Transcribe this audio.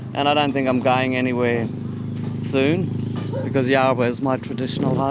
and i don't think um going anywhere soon because yarrabah is my traditional um